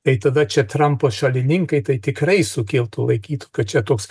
tai tada čia trampo šalininkai tai tikrai sukiltų laikytų kad čia toks